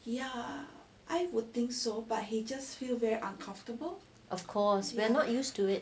of course we're not used to it